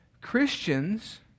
Christians